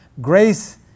grace